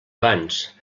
abans